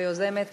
יוזמת